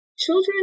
Children